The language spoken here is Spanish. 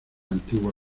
antigua